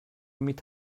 meet